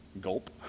Gulp